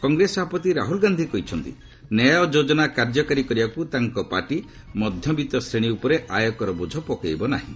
କଂଗ୍ରେସ ସଭାପତି ରାହୁଲ ଗାନ୍ଧି କହିଛନ୍ତି ନ୍ୟାୟ ଯୋଜନା କାର୍ଯ୍ୟକାରୀ କରିବାକୁ ତାଙ୍କ ପାର୍ଟି ମଧ୍ୟବିତ୍ତ ଶ୍ରେଣୀ ଉପରେ ଆୟକର ବୋଝ ପକାଇବ ନାହିଁ